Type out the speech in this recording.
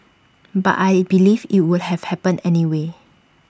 but I believe IT would have happened anyway